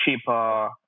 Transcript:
cheaper